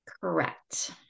Correct